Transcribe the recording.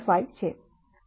5 છે